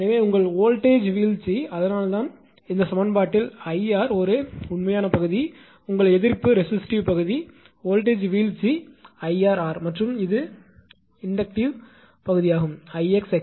எனவே இங்கே உங்கள் வோல்ட்டேஜ் வீழ்ச்சி அதனால்தான் இந்த சமன்பாட்டில் 𝐼𝑟 ஒரு உண்மையான பகுதி உங்கள் எதிர்ப்புரெசிஸ்டிவ் பகுதி வோல்ட்டேஜ் வீழ்ச்சி 𝐼𝑟𝑟 மற்றும் இது தூண்டல்இண்டக்ட்டிவ் பகுதியாகும் 𝐼𝑥𝑥𝑙